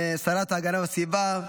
השרה להגנת הסביבה,